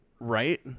Right